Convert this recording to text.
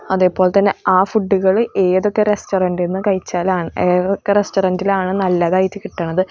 അതേപോലെ തന്നെ ആ ഫുഡുകൾ ഏതൊക്കെ റസ്റ്റോറന്റീന്ന് കഴിച്ചാലാണ് ഏതൊക്കെ റസ്റ്റോറന്റീലാണ് നല്ലതായിട്ട് കിട്ടുന്നത്